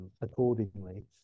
accordingly